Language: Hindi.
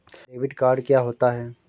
डेबिट कार्ड क्या होता है?